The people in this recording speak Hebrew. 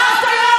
היא אמרה לי,